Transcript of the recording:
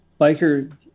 biker